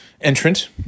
entrant